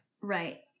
right